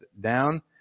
down